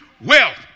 wealth